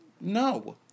No